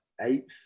eighth